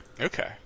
Okay